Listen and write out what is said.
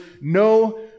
no